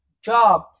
Job